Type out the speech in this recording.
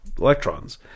electrons